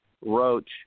Roach